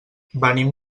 venim